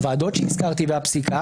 הוועדות שהזכרתי והפסיקה